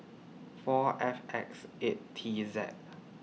four F X eight T Z